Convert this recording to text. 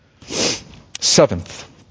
Seventh